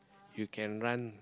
you can run